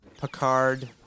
Picard